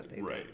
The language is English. right